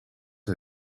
een